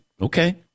Okay